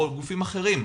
או גופים אחרים,